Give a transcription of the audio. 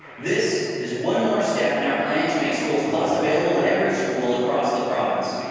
this is one more step in our plan to make school costs available in every school across the province.